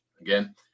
again